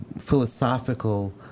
philosophical